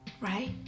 right